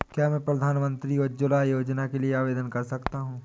क्या मैं प्रधानमंत्री उज्ज्वला योजना के लिए आवेदन कर सकता हूँ?